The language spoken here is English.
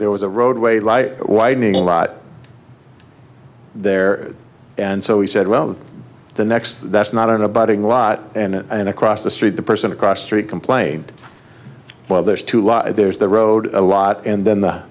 there was a roadway light widening right there and so he said well the next that's not an abiding lot and then across the street the person across street complained well there's two law there's the road a lot and then the